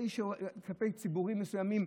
קמפיין כלפי ציבורים מסוימים,